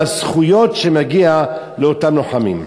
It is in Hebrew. לזכויות שמגיעות לאותם לוחמים.